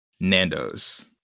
nandos